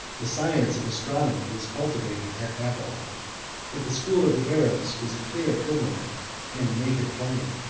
the science of astronomy was cultivated at babylon but the school of the arabs was a clear firmament and a naked plain.